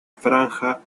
franja